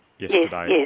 yesterday